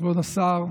כבוד השר,